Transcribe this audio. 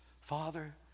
Father